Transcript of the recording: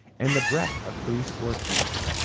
and the breadth of threescore cubits,